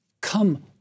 come